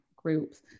groups